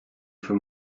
for